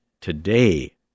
today